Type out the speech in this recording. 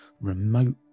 remote